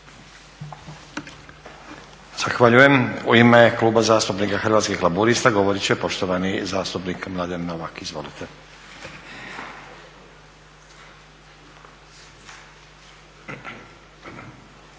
Zahvaljujem. U ime Kluba zastupnika Hrvatskih laburista govorit će poštovani zastupnik Mladen Novak. Izvolite.